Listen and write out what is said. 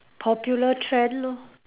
popular trend lor